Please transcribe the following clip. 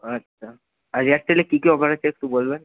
আচ্ছা আর এয়ারটেলে কী কী অফার আছে একটু বলবেন